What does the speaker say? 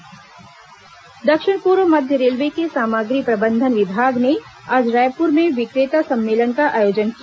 vendor meet दक्षिण पूर्व मध्य रेलवे के सामग्री प्रबंधन विभाग ने आज रायपुर में विक्रेता सम्मेलन का आयोजन किया